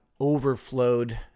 overflowed